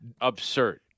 Absurd